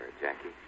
Jackie